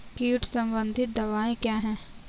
कीट संबंधित दवाएँ क्या हैं?